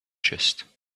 chest